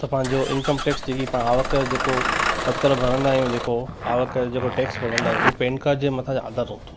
त पंहिंजो income tax जेकी पाण आवक जेको पत्र भरींदा आहियूं जेको आवक जो जेको टेक्स भरींदा आहियूं उहो पेन कार्ड जे मथां आधारु हूंदो आहे